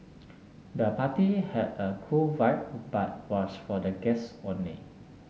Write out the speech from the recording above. the party had a cool vibe but was for the guests only